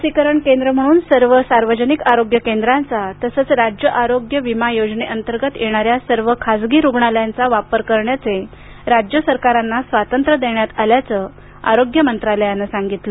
लसीकरण केंद्र म्हणून सर्व सार्वजनिक आरोग्य केंद्रांचा तसंच राज्य आरोग्य विमा योजनेअंतर्गत येणाऱ्या सर्व खासगी रुग्णालयांचा वापर करण्याचे राज्य सरकारांना स्वातंत्र्य देण्यात आल्याचं आरोग्य मंत्रालयानं सांगितलं